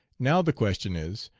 now the question is,